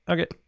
Okay